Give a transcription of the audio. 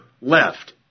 left